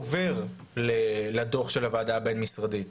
עובר לדוח הוועדה הבין-משרדית,